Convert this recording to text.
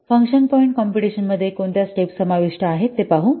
function point computation मध्ये कोणत्या steps समाविष्ट आहेत ते पाहू